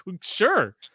sure